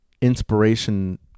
inspiration